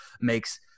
makes